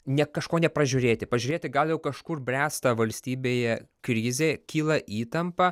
ne kažko nepražiūrėti pažiūrėti gal jau kažkur bręsta valstybėje krizė kyla įtampa